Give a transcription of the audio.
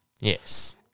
Yes